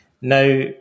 Now